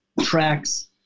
tracks